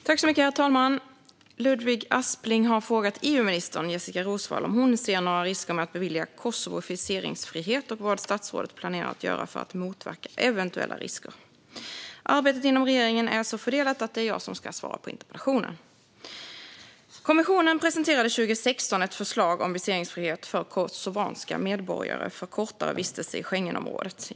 Herr ålderspresident! Ludvig Aspling har frågat EU-minister Jessika Roswall om hon ser några risker med att bevilja Kosovo viseringsfrihet och vad statsrådet planerar att göra för att motverka eventuella risker. Arbetet inom regeringen är så fördelat att det är jag som ska svara på interpellationen. Kommissionen presenterade 2016 ett förslag om viseringsfrihet för kosovanska medborgare för kortare vistelse i Schengenområdet.